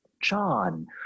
John